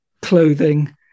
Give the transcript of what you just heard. clothing